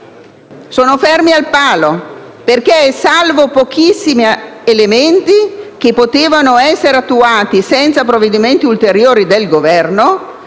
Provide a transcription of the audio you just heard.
sono fermi al palo, perché, salvo pochissimi elementi che potevano essere attuati senza provvedimenti ulteriori del Governo,